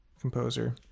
Composer